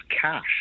cash